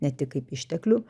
ne tik kaip išteklių